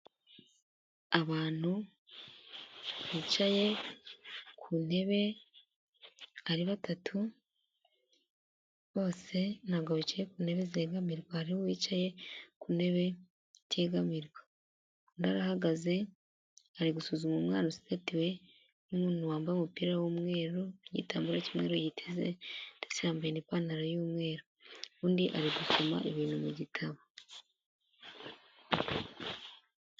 Abantu bicaye ku ntebe ari batatu bose ntabwo bicaye ku ntebe zegamirwa hari uwicaye ku ntebe itegamirwa, undi arahagaze ari gusuzuma umwana uzikatiwe n'umuntu wambaye umupira w'umweru n'igitambaro cy'umweru yiteze ndetse yambaye ipantaro y'umweru, undi ari gusoma ibintu mu gitabo.